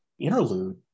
interlude